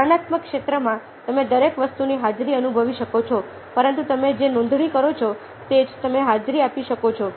જ્ઞાનાત્મક ક્ષેત્રમાં તમે દરેક વસ્તુની હાજરી અનુભવી શકો છો પરંતુ તમે જે નોંધણી કરો છો તે જ તમે હાજરી આપી શકો છો